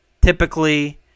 typically